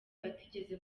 batigeze